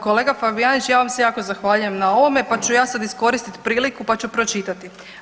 Kolega Fabijanić ja vam se jako zahvaljujem na ovom pa ću ja sada iskoristiti priliku pa ću pročitati.